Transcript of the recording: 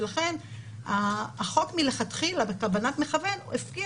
ולכן החוק מלכתחילה בכוונת מכוון הפקיע